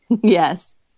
Yes